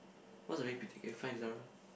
what's the K fine Zara